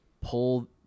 pull